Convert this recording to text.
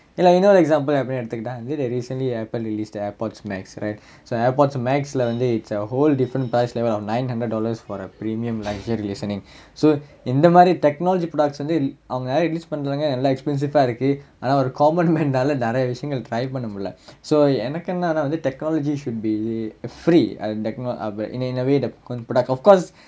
இல்ல இன்னொரு:illa innoru example எப்படின்னு எடுத்துகிட்டா வந்து:eppadinnu eduthukittaa vanthu recently Apple released the AirPods Max right so AirPods Max leh வந்து:vanthu it's a whole different price I think nine hundred dollars for a premium luxurious item so இந்த மாறி:intha maari technology products வந்து அவங்க:vanthu avanga release பண்றதுங்க எல்லா:pandrathunga ellaa expensive ah இருக்கு ஆனா ஒரு:irukku aanaa oru common man னால நிறைய விஷயங்கள்:naala niraiya vishayangal try பண்ண முடியல:panna mudiyala so எனக்கென்னரா வந்து:enakkennaraa vanthu technology should be uh free in a way the product கொஞ்~:konj~ product of course